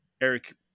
Eric